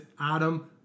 Adam